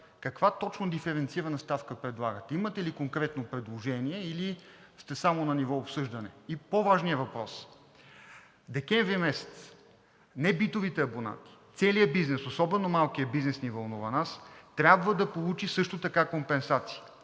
каква точно диференцирана ставка предлагате. Имате ли конкретно предложение, или сте само на ниво обсъждане? И по-важният въпрос – декември месец небитовите абонати, целият бизнес, особено малкият бизнес ни вълнува нас, трябва да получи също така компенсации.